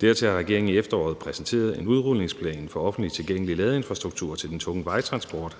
Dertil har regeringen i efteråret præsenteret en udrulningsplan for offentligt tilgængelig ladeinfrastruktur til den tunge vejtransport,